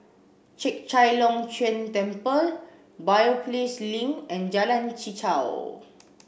Chek Chai Long Chuen Temple Biopolis Link and Jalan Chichau